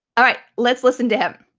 alright, let's listen to him.